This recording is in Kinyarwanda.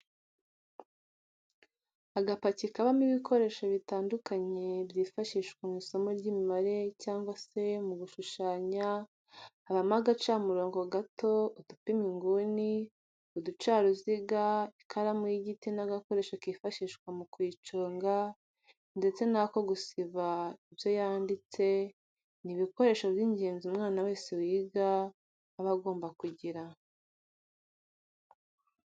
Agapaki kabamo ibikoresho bitandukanye byifashishwa mw'isomo ry'imibare cyangwa se mu gushushanya habamo agacamurongo gato, udupima inguni, uducaruziga, ikaramu y'igiti n'agakoresho kifashishwa mu kuyiconga ndetse n'ako gusiba ibyo yanditse, ni ibikoresho by'ingenzi umwana wese wiga aba agomba kugira.